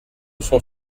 sont